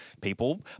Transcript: people